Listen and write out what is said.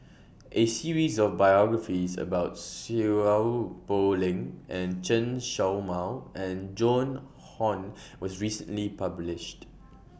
A series of biographies about Seow Poh Leng Chen Show Mao and Joan Hon was recently published